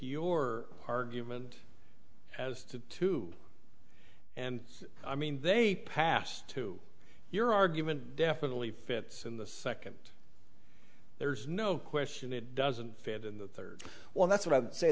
your argument as to two and i mean they pass to your argument definitely fits in the second there's no question it doesn't fit in the third well that's what i